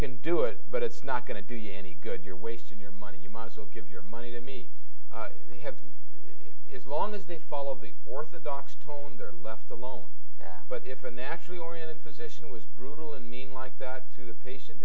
can do it but it's not going to do you any good you're wasting your money you might as well give your money to me they have is long as the fall of the orthodox tone they're left alone but if a naturally oriented physician was brutal and mean like that to the patient